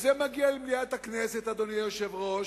וזה מגיע למליאת הכנסת, אדוני היושב-ראש,